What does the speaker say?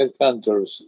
headhunters